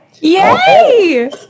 Yay